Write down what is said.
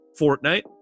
Fortnite